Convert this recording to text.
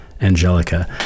Angelica